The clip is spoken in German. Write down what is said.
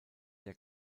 der